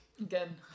Again